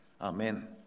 Amen